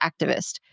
activist